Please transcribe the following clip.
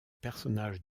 personnage